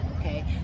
okay